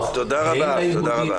שיש מכללות כאלה,